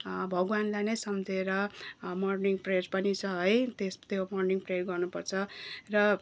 भगवान्लाई नै सम्झेर मोर्निङ प्रेयर पनि छ है त्यस त्यो मोर्निङ प्रेयर गर्नुपर्छ र